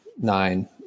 nine